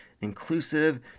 inclusive